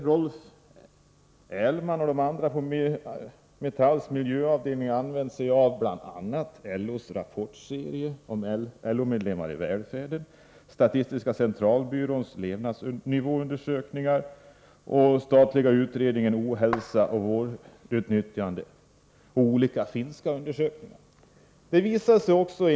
Rolf Ählberg och de andra på Metalls miljöavdelning användér sig av bl.a. LO:s rapportserie om LO-medlemmar i välfärden, statistiska centralbyråns levnadsnivåundersökningar, den statliga utredningen Ohälsa och vårdutnyttjande samt olika finska undersökningar.